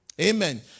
Amen